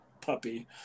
puppy